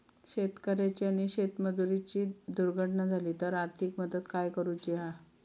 शेतकऱ्याची आणि शेतमजुराची दुर्घटना झाली तर आर्थिक मदत काय करूची हा?